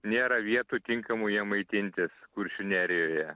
nėra vietų tinkamai jiem maitintis kuršių nerijoje